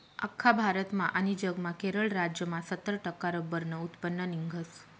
आख्खा भारतमा आनी जगमा केरळ राज्यमा सत्तर टक्का रब्बरनं उत्पन्न निंघस